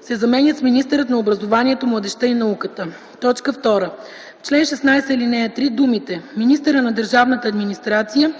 се заменят с „Министърът на образованието, младежта и науката”. 2. В чл. 16, ал. 3 думите „министъра на държавната администрация